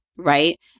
Right